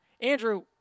Andrew